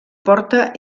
porta